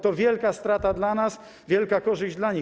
To wielka strata dla nas, a wielka korzyść dla nich.